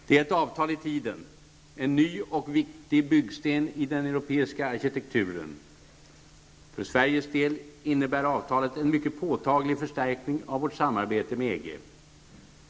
Det är ett avtal i tiden; en ny och viktig byggsten i den europeiska arkitekturen. För Sveriges del innebär avtalet en mycket påtaglig förstärkning av vårt samarbete med EG.